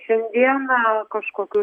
šiandieną kažkokių